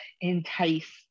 entice